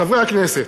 חברי הכנסת,